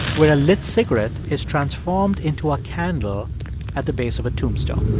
where a lit cigarette is transformed into a candle at the base of a tombstone